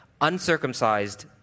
uncircumcised